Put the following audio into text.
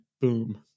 boom